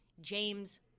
James